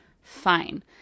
fine